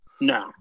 no